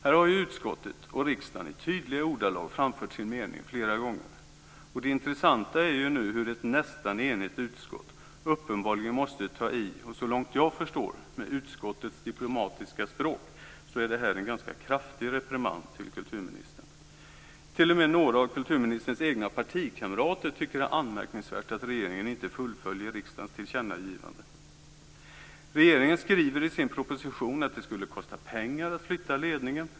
Här har ju utskottet och riksdagen i tydliga ordalag framfört sin mening flera gånger. Det intressanta är hur ett nästan enigt utskott uppenbarligen måste ta i, och så långt jag förstår är det med utskottets diplomatiska språk en kraftig reprimand mot kulturministern. T.o.m. några av kulturministerns egna partikamrater tycker att det är anmärkningsvärt att regeringen inte fullföljer riksdagens tillkännagivande. Regeringen skriver i propositionen att det skulle kosta pengar att flytta ledningen.